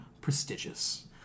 prestigious